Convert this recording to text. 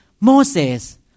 Moses